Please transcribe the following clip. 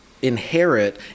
inherit